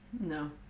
no